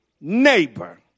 neighbor